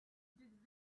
did